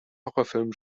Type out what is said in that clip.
horrorfilm